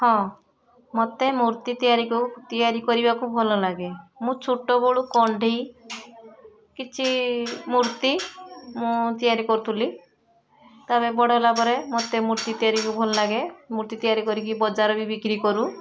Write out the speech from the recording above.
ହଁ ମୋତେ ମୂର୍ତ୍ତି ତିଆରିକୁ ତିଆରି କରିବାକୁ ଭଲ ଲାଗେ ମୁଁ ଛୋଟ ବେଳୁ କଣ୍ଢେଇ କିଛି ମୂର୍ତ୍ତି ମୁଁ ତିଆରି କରୁଥିଲି ତା ପରେ ବଡ଼ ହେଲାପରେ ମୋତେ ମୂର୍ତ୍ତି ତିଆରିକୁ ଭଲ ଲାଗେ ମୂର୍ତ୍ତି ତିଆରି କରିକି ବଜାରରେ ବିକ୍ରି କରୁ